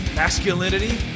Masculinity